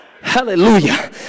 hallelujah